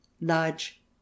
large